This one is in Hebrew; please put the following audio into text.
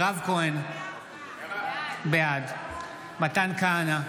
בעד מתן כהנא,